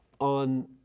on